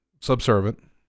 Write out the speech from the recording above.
subservient